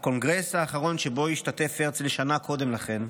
הקונגרס האחרון שבו השתתף הרצל שנה קודם לכן,